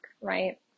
right